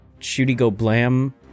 shooty-go-blam